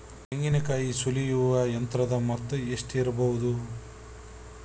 ತೆಂಗಿನಕಾಯಿ ಸುಲಿಯುವ ಯಂತ್ರದ ಮೊತ್ತ ಎಷ್ಟಿರಬಹುದು?